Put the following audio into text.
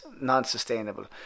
non-sustainable